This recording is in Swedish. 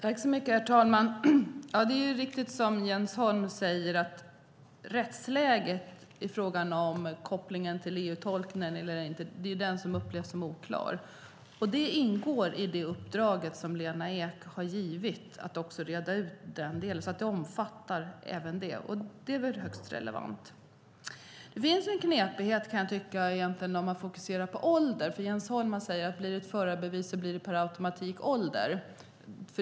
Herr talman! Det är riktigt som Jens Holm säger: Rättsläget i fråga om kopplingen till EU-tolkningen är det upplevs som oklart. Det ingår också i det uppdrag som Lena Ek har givit att reda ut den delen, och det är högst relevant. Det finns en knepighet, kan jag tycka, om man fokuserar på ålder. Jens Holm säger att det med förarbevis per automatik blir ett ålderskrav.